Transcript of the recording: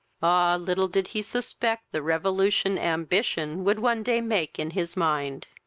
ah! little did he suspect the revolution ambition would one day make in his mind.